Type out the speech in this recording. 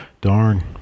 darn